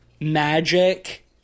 magic